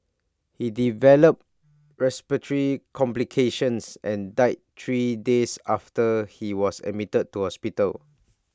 he developed respiratory complications and died three days after he was admitted to hospital